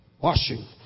Washing